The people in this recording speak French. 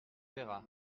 verra